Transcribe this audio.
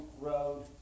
road